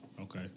Okay